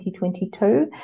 2022